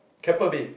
Keppel-Bay